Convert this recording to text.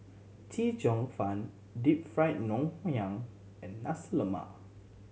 Chee Cheong Fun Deep Fried Ngoh Hiang and Nasi Lemak